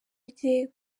rye